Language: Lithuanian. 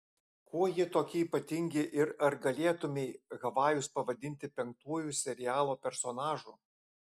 kuo jie tokie ypatingi ir ar galėtumei havajus pavadinti penktuoju serialo personažu